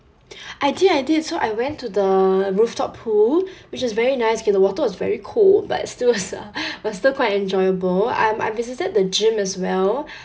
I did I did so I went to the rooftop pool which is very nice K the water was very cold but it's still is uh but still quite enjoyable I'm I'm visited the gym as well